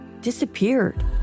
disappeared